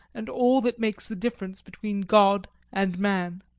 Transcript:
and all that makes the difference between god and man.